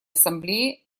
ассамблеи